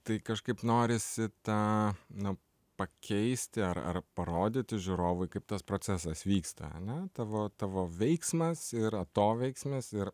tai kažkaip norisi tą nu pakeisti ar ar parodyti žiūrovui kaip tas procesas vyksta ane tavo tavo veiksmas ir atoveiksmis ir